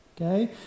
Okay